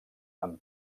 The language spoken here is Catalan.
amb